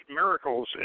miracles